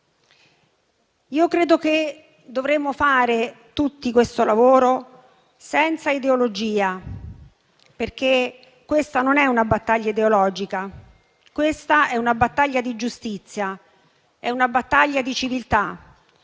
Credo che dovremmo fare tutti questo lavoro, senza ideologia, perché non è una battaglia ideologica, ma è una battaglia di giustizia e di civiltà.